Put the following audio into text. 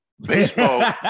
baseball